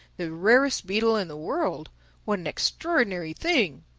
the rarest beetle in the world what an extraordinary thing!